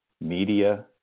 media